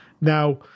Now